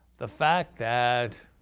the fact that,